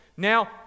Now